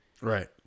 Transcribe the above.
Right